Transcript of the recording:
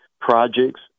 projects